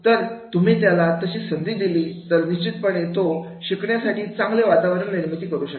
जर तुम्ही त्याला तशी संधी दिली तर निश्चितपणे तो शिकण्यासाठी चांगली वातावरण निर्मिती करू शकेल